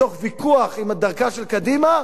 מתוך ויכוח עם דרכה של קדימה,